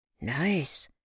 Nice